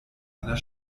einer